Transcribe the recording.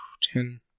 ten